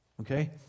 Okay